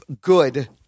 good